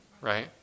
right